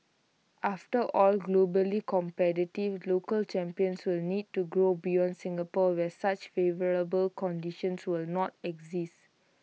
after all globally competitive local champions will need to grow beyond Singapore where such favourable conditions will not exist